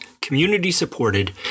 community-supported